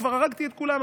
כבר הרגתי את כולם,